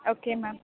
okay ma'am